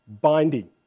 binding